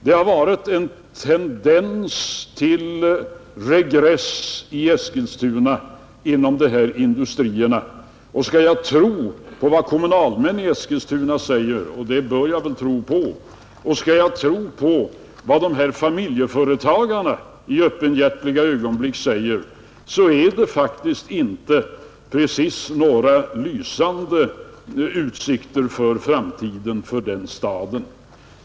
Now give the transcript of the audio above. Det har varit en tendens till regress i Eskilstuna inom dessa industrier, och skall jag tro på vad kommunalmän i Eskilstuna säger — det bör jag väl tro på — och skall jag tro på vad dessa familjeföretagare i öppenhjärtiga ögonblick säger, så har faktiskt inte Eskilstuna så lysande framtidsutsikter i fråga om industrier.